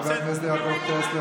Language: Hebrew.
חבר הכנסת יעקב טסלר,